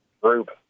group